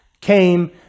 came